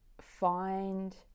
find